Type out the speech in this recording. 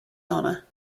honor